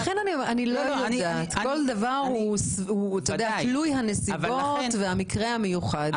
כל דבר הוא תלוי הנסיבות והמקרה המיוחד.